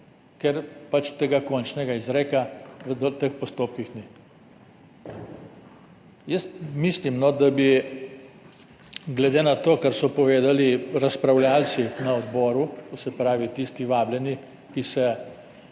Ker pač tega končnega izreka v teh postopkih ni. Mislim, da bi glede na to, kar so povedali razpravljavci na odboru, to se pravi tisti vabljeni, ki se